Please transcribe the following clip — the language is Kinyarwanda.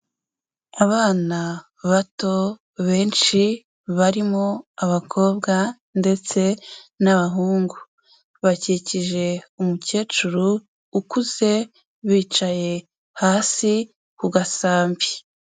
Abana bato benshi barimo abakobwa ndetse n'abahungu, bakikije umukecuru ukuze bicaye hasi ku gasambi.